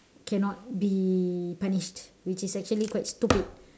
cannot be punished which is actually quite stupid